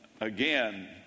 Again